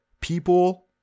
people